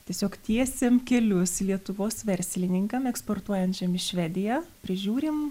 tiesiog tiesiam kelius lietuvos verslininkam eksportuojančiam į švediją prižiūrim